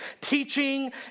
teaching